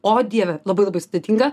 o dieve labai labai sudėtinga